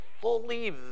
fully